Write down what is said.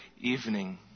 evening